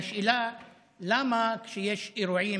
3. למה כשיש אירועים,